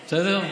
בסדר?